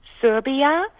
Serbia